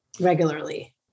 regularly